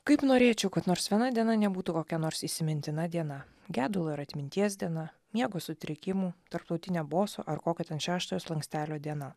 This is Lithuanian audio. kaip norėčiau kad nors viena diena nebūtų kokia nors įsimintina diena gedulo ir atminties diena miego sutrikimų tarptautinė boso ar kokio ten šeštojo slankstelio diena